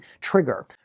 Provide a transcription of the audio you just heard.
trigger